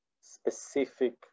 specific